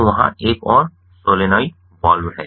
तो वहाँ एक और सोलनॉइड वाल्व है